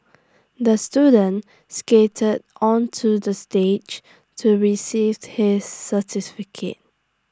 the student skated onto the stage to received his certificate